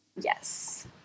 Yes